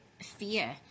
fear